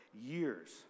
years